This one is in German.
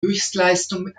höchstleistung